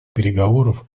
переговоров